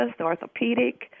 orthopedic